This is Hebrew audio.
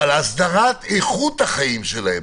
אבל הסדרת איכות החיים שלהם.